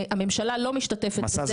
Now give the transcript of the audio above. והממשלה לא משתתפת בזה,